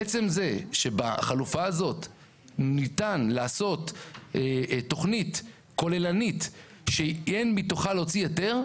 עצם זה שבחלופה הזאת ניתן לעשות תכנית כוללנית שאין מתוכה להוציא היתר,